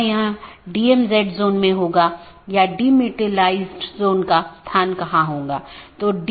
यहां R4 एक स्रोत है और गंतव्य नेटवर्क N1 है इसके आलावा AS3 AS2 और AS1 है और फिर अगला राउटर 3 है